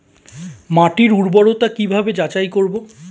মাটির উর্বরতা কি ভাবে যাচাই করব?